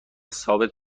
ثابت